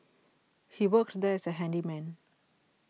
he worked there as a handyman